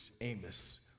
Amos